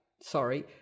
sorry